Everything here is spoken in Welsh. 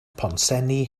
pontsenni